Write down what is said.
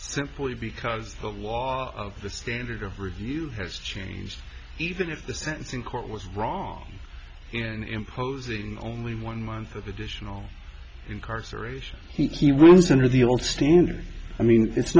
simply because the law the standard of review has changed even if the sentence in court was wrong and imposing only one month of additional incarceration he runs into the old standard i mean it's